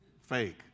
fake